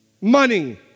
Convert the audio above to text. money